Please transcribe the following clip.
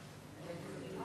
חבר הכנסת דוד אזולאי, לא נמצא.